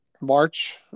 March